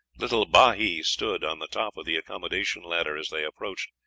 little bahi stood on the top of the accommodation ladder as they approached,